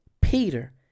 Peter